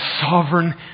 sovereign